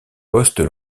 postes